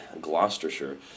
Gloucestershire